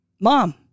mom